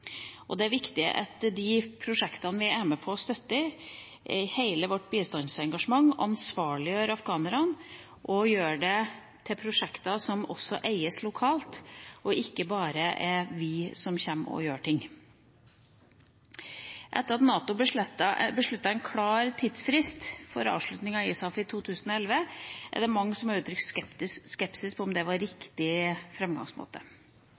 mottakerne. Det er viktig at de prosjektene vi er med på å støtte, i hele vårt bistandsengasjement, ansvarliggjør afghanerne og gjøres til prosjekter som også eies lokalt – ikke bare er noe vi kommer og gjør. Etter at NATO besluttet en klar tidsfrist for avslutning av ISAF i 2011, er det mange som har uttrykt skepsis til om det var